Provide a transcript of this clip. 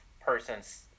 person's